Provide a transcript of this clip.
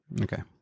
Okay